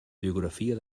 biografia